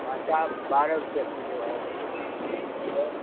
आटा बारह रुपये किलो है है